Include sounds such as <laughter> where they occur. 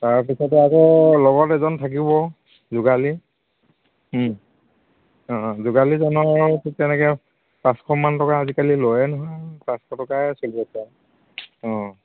তাৰপিছতে আকৌ লগত এজন থাকিব যোগালী অঁ যোগালীজনৰ তেনেকৈ পাঁচশমান টকা আজিকালি লয়ে নহয় পাঁচশ টকাই <unintelligible> অঁ